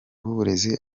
w’uburezi